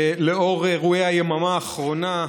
לאור אירועי היממה האחרונה,